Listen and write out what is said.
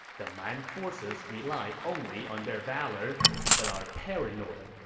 the man forces rely only on their valor but are paranoid.